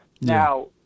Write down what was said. Now